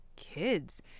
Kids